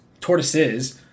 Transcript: tortoises